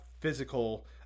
physical